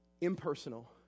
Impersonal